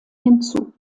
hinzu